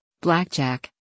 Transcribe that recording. blackjack